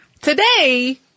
Today